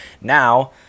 Now